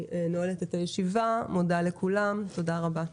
אני נועלת את הישיבה, מודה לכולם, תודה רבה.